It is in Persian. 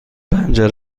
پنجره